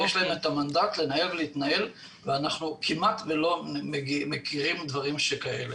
יש להם את המנדט לנהל ולהתנהל ואנחנו כמעט ולא מכירים דברים שכאלה,